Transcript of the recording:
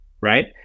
right